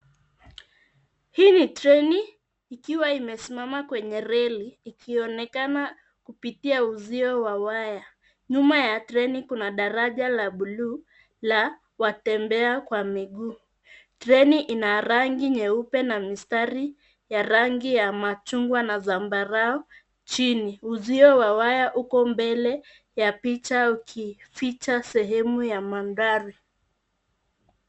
Hii ni treni, ikiwa imesmama kwenye reli. Ikionekana kupitia uzio wa waya. Nyuma ya treni kuna daraja la blue la watembea kwa miguu. Treni ina rangi nyeupe na mistari ya rangi ya machungwa na zambarau chini. Uzio wa waya uko mbele ya picha ukificha sehemu ya mandhari.